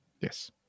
Yes